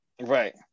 right